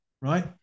right